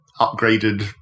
upgraded